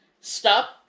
stop